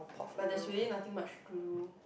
but there's really nothing much to